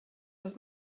das